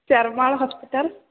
Charmal hospital